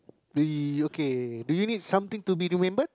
do you okay do you need something to be remembered